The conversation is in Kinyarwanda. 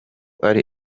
ari